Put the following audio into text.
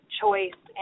choice